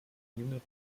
jüngere